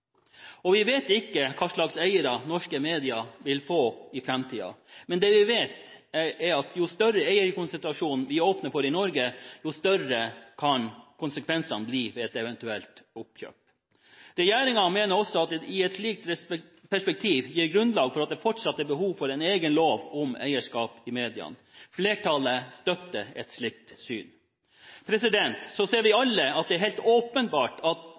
medieframtid vi vet lite om. Vi vet ikke hva slags eiere norske medier vil få i framtiden, men det vi vet, er at jo større eierkonsentrasjon vi åpner for i Norge, jo større kan konsekvensene bli ved et eventuelt oppkjøp. Regjeringen mener også at et slikt perspektiv gir grunnlag for at det fortsatt er behov for en egen lov om eierskap i mediene. Flertallet støtter et slikt syn. Vi ser alle at det helt åpenbart